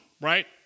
right